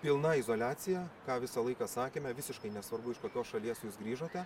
pilna izoliacija ką visą laiką sakėme visiškai nesvarbu iš kokios šalies jūs grįžote